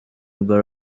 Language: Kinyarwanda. bwo